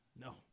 No